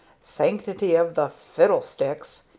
sanctity of the fiddlesticks!